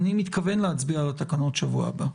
אני מתכוון להצביע על התקנות שבוע הבא.